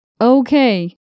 Okay